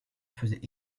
faisaient